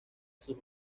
sus